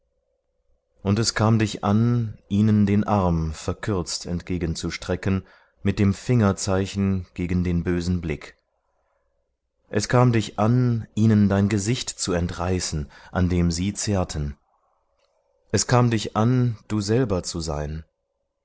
und es kam dich an ihnen den arm verkürzt entgegenzustrecken mit dem fingerzeichen gegen den bösen blick es kam dich an ihnen dein gesicht zu entreißen an dem sie zehrten es kam dich an du selber zu sein